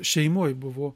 šeimoj buvo